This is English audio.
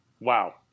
wow